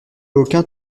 aucun